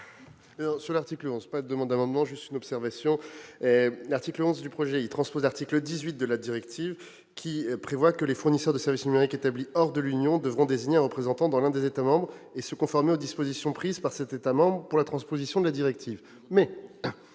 voix l'article 8. La parole est à M. le secrétaire d'État. L'article 11 vise à transposer l'article 18 de la directive, qui prévoit que les fournisseurs de service numérique établis hors de l'Union devront désigner un représentant dans l'un des États membres et se conformer aux dispositions prises par ce dernier pour la transposition de la directive.